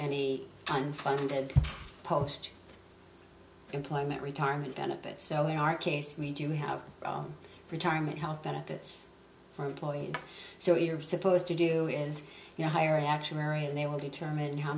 and unfunded post employment retirement benefits so in our case we do have retirement health benefits for employees so we're supposed to do is you know hire an actuary and they will determine how